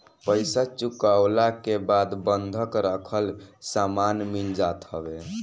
पईसा चुकवला के बाद बंधक रखल सामान मिल जात हवे